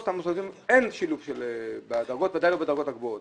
אין שילוב של חרדים ודאי לא בדרגות הגבוהות.